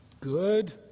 Good